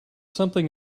something